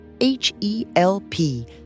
H-E-L-P